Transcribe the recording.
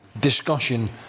discussion